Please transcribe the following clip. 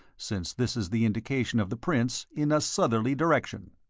since this is the indication of the prints, in a southerly direction.